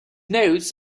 notes